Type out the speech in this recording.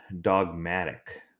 dogmatic